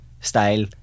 style